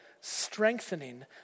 strengthening